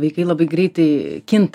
vaikai labai greitai kinta